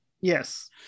Yes